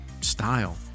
style